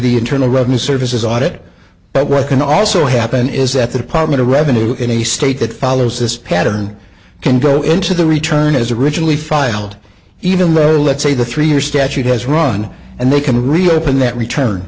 the internal revenue service as audit but what can also happen is that the department of revenue in a state that follows this pattern can go into the return as originally filed even larry let's say the three year statute has run and they can reopen that return